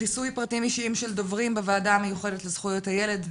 חיסוי פרטים אישיים של דוברים בוועדה המיוחדת לזכויות הילד.